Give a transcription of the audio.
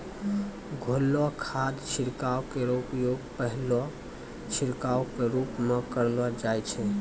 घोललो खाद छिड़काव केरो उपयोग पहलो छिड़काव क रूप म करलो जाय छै